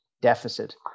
deficit